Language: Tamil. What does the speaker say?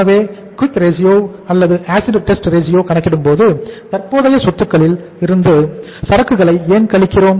எனவே குவிக் ரேசியோ